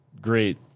great